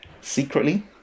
secretly